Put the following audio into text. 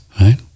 right